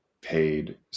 paid